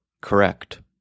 correct